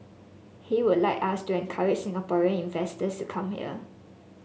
he would like us to encourage Singaporean investors to come here